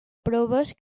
proves